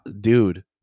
dude